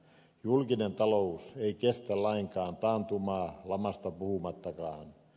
julkinen talous ei kestä lainkaan taantumaa lamasta puhumattakaan